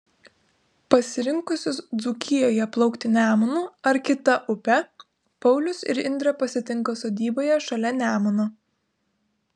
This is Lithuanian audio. pasirinkusius dzūkijoje plaukti nemunu ar kita upe paulius ir indrė pasitinka sodyboje šalia nemuno